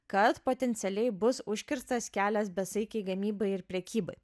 kad potencialiai bus užkirstas kelias besaikei gamybai ir prekybai